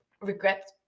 regret